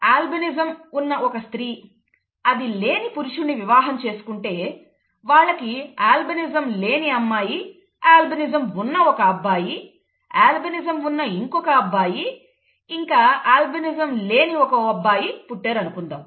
albinism ఉన్న ఒక స్త్రీ అది లేని పురుషుణ్ణి వివాహం చేసుకుంటే వాళ్ళకి అల్బినిజం లేని అమ్మాయి అల్బినిజం ఉన్న ఒక అబ్బాయి అల్బినిజం ఉన్న ఇంకొక అబ్బాయి ఇంకా అల్బినిజం లేని ఒక అబ్బాయి పుట్టారు అనుకుందాం